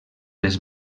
les